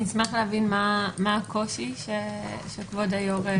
אני אשמח להבין מה הקושי שכבוד היו"ר רואה כאן.